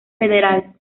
federal